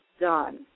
done